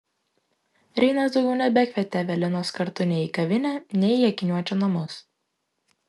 reinas daugiau nebekvietė evelinos kartu nei į kavinę nei į akiniuočio namus